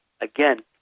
again